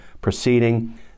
proceeding